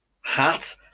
Hat